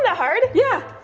and hard. yeah.